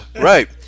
right